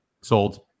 Sold